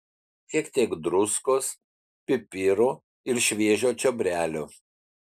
šiek tiek druskos pipirų ir šviežio čiobrelio